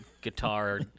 guitar